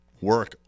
work